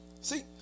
See